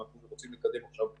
אנחנו רוצים לקדם עכשיו את